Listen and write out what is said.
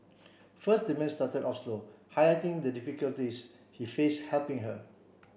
first the man started off slow highlighting the difficulties he face helping her